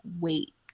wait